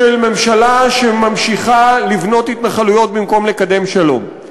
של ממשלה שממשיכה לבנות התנחלויות במקום לקדם שלום,